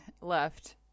left